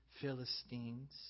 Philistines